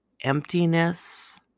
emptiness